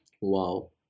wow